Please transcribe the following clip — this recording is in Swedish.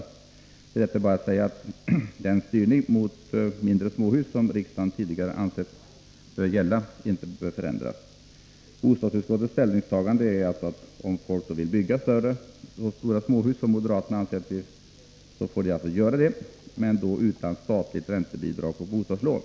Till detta är det bara att säga, att den styrning mot mindre småhus som riksdagen tidigare ansett bör gälla inte bör förändras. Bostadsutskottets ställningstagande är alltså att om folk vill bygga så stora småhus som moderaterna anser får de göra det, men då utan statliga räntebidrag och bostadslån.